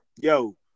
yo